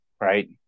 right